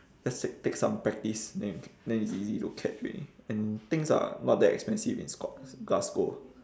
just take take some practice then you then it's easy to catch already and things are not that expensive in scot~ glasgow